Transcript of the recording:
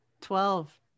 Twelve